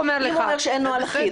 הוא אומר שאין נוהל אחיד,